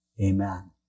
Amen